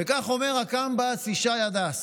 וכך אומר הקמב"ץ ישי הדס: